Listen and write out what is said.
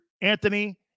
Anthony